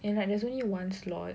and like there's only one slot